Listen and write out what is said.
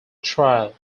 trial